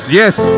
yes